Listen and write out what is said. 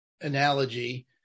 analogy